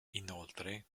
inoltre